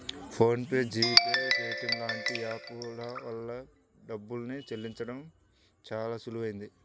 phone pay, GPay, Paytm లాంటి app ల వల్ల డబ్బుల్ని చెల్లించడం చానా సులువయ్యింది